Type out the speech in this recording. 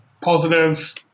Positive